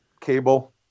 cable